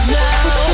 now